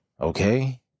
okay